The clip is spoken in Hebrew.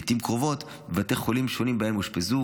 לעיתים קרובות בבתי חולים שונים שבהם אושפזו,